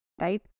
right